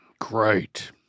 Great